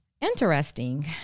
Interesting